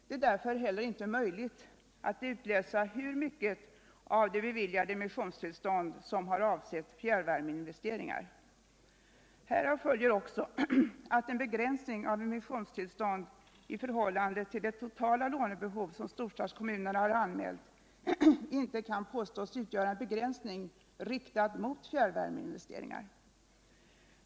Det är därför inte heller möjligt att utläsa hur mycket av beviljade emissionstillstånd som har avsett fjärrvärmeinvesteringar. Härav följer också att en begränsning av emissionstillstånd i förhållande till det totala lånebehov som storstadskommunerna har anmält inte kan påstås utgöra en begränsning riktad mot fjärrvärmeinvesteringar.